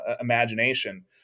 imagination